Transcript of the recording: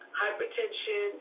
hypertension